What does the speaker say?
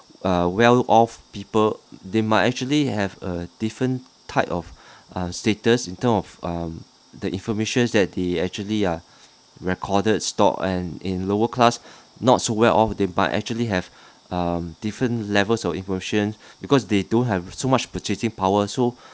err well off people they might actually have a different type of uh status in term of um the information that they actually uh recorded stored and in lower class not so well off they might actually have um different level of information because they don't have so much purchasing power so